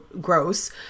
gross